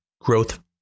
growth